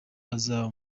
azaba